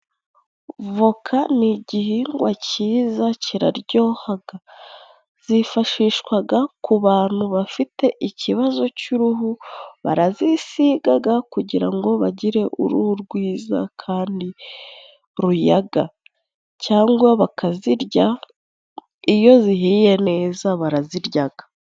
Voka ni igihingwa cyiza kiraryohaga, zifashishwaga ku bantu bafite ikibazo cy'uruhu barazisigaga kugira ngo bagire uruhu rwiza kandi ruyaga cyangwa bakazirya, iyo zihiye neza baraziryaga.